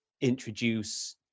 introduce